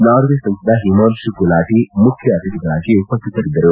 Norway ಸಂಸದ ಹಿಮಾಂಶು ಗುಲಾಟಿ ಮುಖ್ಯ ಅತಿಥಿಗಳಾಗಿ ಉಪಸ್ಥಿತರಿದ್ದರು